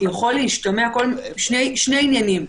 יכולים להשתמע שני עניינים.